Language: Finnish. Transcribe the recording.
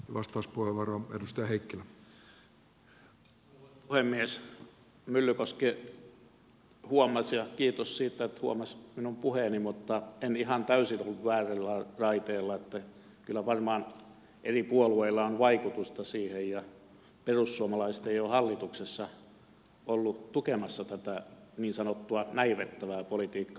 myllykoski huomasi ja kiitos siitä että huomasi minun puheeni mutta en ihan täysin ollut väärillä raiteilla niin että kyllä varmaan eri puolueilla on vaikutusta siihen ja perussuomalaiset ei ole hallituksessa ollut tukemassa tätä niin sanottua näivettävää politiikkaa